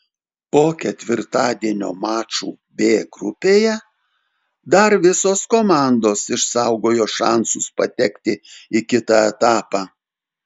po ketvirtadienio mačų b grupėje dar visos komandos išsaugojo šansus patekti į kitą etapą